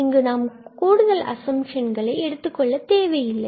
ஆனால் நாம் இங்கு கூடுதல் அசம்ப்ஷன்களை எடுத்துக் கொள்ள தேவையில்லை